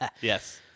yes